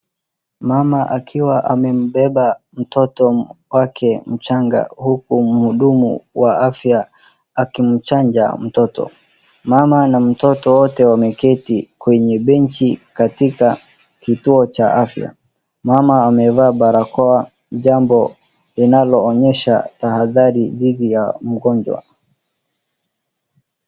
Mama akiwa amembeba mtoto wake mchanga , huku mhudumu wa afya akimchanja mtoto .Mama na mtoto wote wameketi kwenye benchi katika kituo cha afya. Mama amevaa barakoa, jambo linlloonyesha tahadhari dhidi ya mgonjwa .